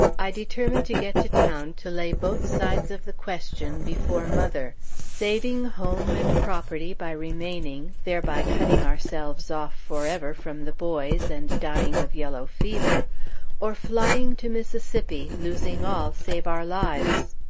i determined to get to town to lay both sides of the question before mother saving home and property, by remaining, thereby cutting ourselves off forever from the boys and dying of yellow fever or flying to mississippi, losing all save our lives.